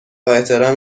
احترام